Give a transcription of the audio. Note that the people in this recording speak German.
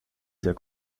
sehr